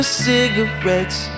cigarettes